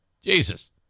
Jesus